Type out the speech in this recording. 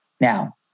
Now